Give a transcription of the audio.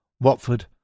Watford